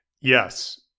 yes